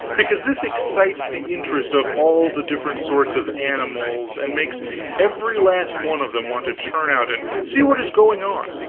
because this excites the interest of all the different sorts of animals and makes every last one of them want to turn out and see what is going on,